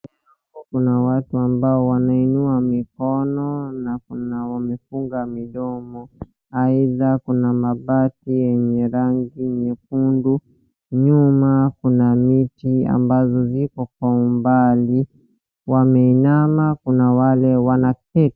Hapo kuna watu ambao wanainua mikono na kuna wamefunga midomo aidha kuna mabati yenye rangi nyekundu. Nyuma kuna miti ambazo ziko kwa umbali. Wameinama kuna wale wanaketi.